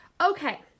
Okay